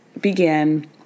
begin